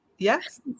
Yes